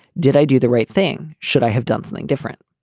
did i do the right thing? should i have done something different?